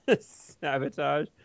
Sabotage